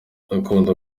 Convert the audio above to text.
akunda